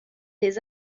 des